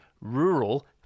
rural